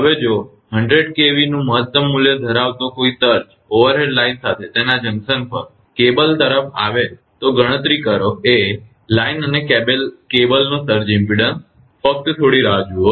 હવે જો 100 kVનું મહત્તમ મૂલ્ય ધરાવતો કોઈ સર્જ ઓવરહેડ લાઇન સાથે તેના જંકશન તરફ કેબલ સાથે પ્રવાસ કરે છે તો ગણતરી કરો લાઇન અને કેબલનો સર્જ ઇમપેડન્સ ફક્ત થોડી રાહ જુઓ